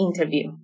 interview